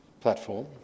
platform